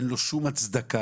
אין לו שום הצדקה.